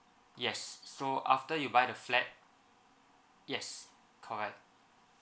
yes so after you buy the flat yes correct